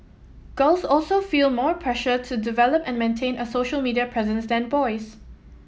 girls also feel more pressure to develop and maintain a social media presence than boys